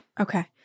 Okay